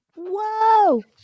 Whoa